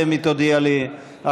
אלא אם היא תודיע לי אחרת.